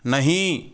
नहीं